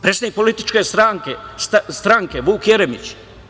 Predsednik političke stranke Vuk Jeremić.